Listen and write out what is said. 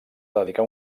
dedicar